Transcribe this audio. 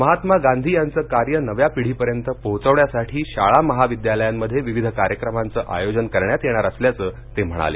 महात्मा गांधी यांचं कार्य नव्या पिढीपर्यंत पोहोचवण्यासाठी शाळा महाविद्यालयांमध्ये विविध कार्यक्रमांचं आयोजन करण्यात येणार असल्याचं ते म्हणाले